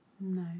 no